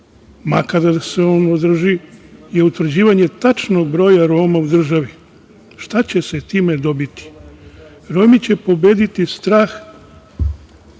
makar da se on održi, je utvrđivanje tačnog broja Roma u državi. Šta će se time dobiti? Romi će pobediti strah